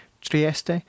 Trieste